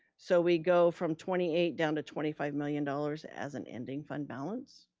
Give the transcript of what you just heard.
so we go from twenty eight down to twenty five million dollars as an ending fund balance.